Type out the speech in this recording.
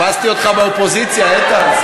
חיפשתי אותך באופוזיציה, איתן.